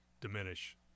diminish